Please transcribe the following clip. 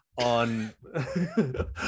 on